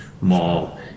mall